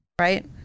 right